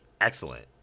excellent